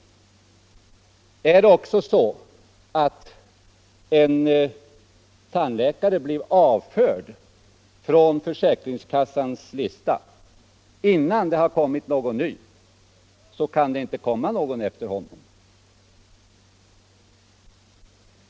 Är det så att en tandläkare blir avförd från försäkringskassans lista innan det har kommit någon ny, så kan det inte komma någon efter honom.